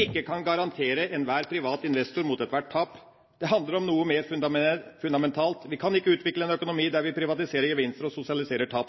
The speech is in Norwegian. ikke kan garantere enhver privat investor mot ethvert tap. Det handler om noe mer fundamentalt: Vi kan ikke utvikle en økonomi der vi privatiserer gevinster og sosialiserer tap